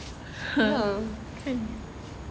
!huh!